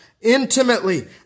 intimately